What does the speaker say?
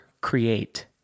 Create